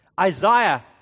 Isaiah